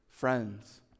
Friends